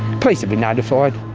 police have been notified.